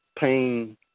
pain